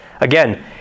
Again